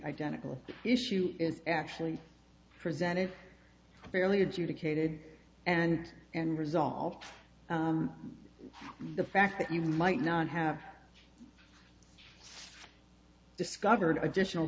identical issue is actually presented fairly adjudicated and and resolved the fact that you might not have discovered additional